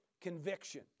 conviction